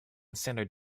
standard